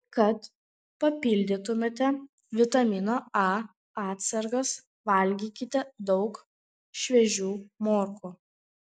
kad papildytumėte vitamino a atsargas valgykite daug šviežių morkų